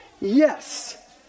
Yes